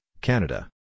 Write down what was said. Canada